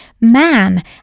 man